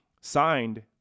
signed